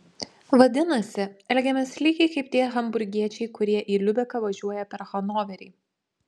vadinasi elgiamės lygiai kaip tie hamburgiečiai kurie į liubeką važiuoja per hanoverį